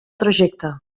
trajecte